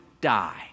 die